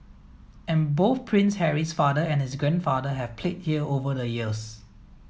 and both Prince Harry's father and his grandfather have played here over the years